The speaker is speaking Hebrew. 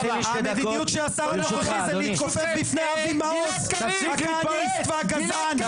המדיניות של השר הנוכחי זה להתכופף בפני אבי מעוז הכהניסת והגזען.